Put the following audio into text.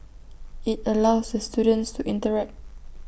IT allows the students to interact